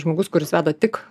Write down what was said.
žmogus kuris veda tik